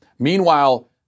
Meanwhile